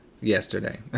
Yesterday